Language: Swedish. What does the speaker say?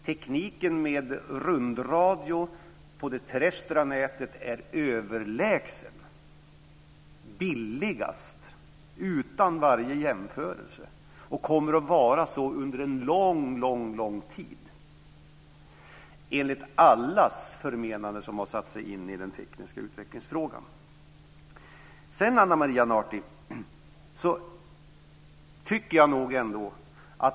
Tekniken med rundradio på det terrestra nätet är utan varje jämförelse överlägsen och billigast och kommer enligt alla som har satt sig in i det tekniska att vara så under en lång tid.